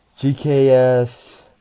GKS